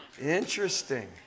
Interesting